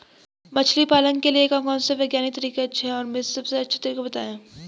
मछली पालन के लिए कौन कौन से वैज्ञानिक तरीके हैं और उन में से सबसे अच्छा तरीका बतायें?